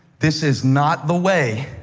this is not the way